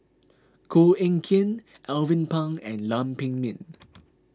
Koh Eng Kian Alvin Pang and Lam Pin Min